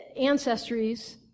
ancestries